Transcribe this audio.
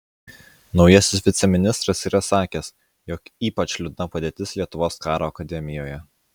naujasis viceministras yra sakęs jog ypač liūdna padėtis lietuvos karo akademijoje